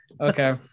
okay